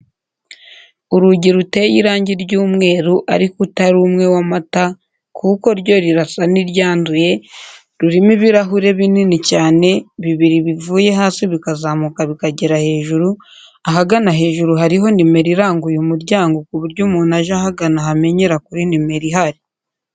Urugi ruteye irangi ry'umweru ariko utari umwe w'amata kuko ryo rirasa n'iryanduye, rurimo ibirahure binini cyane bibiri bivuye hasi bikazamuka bikagera hejuru, ahagana hejuru hariho nimero iranga uyu muryango ku buryo umuntu uje ahagana ahamenyera kuri nimero ihari.